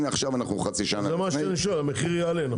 אנחנו חצי שנה לפני --- אז מה שאתם אומרים שהמחיר יעלה נכון?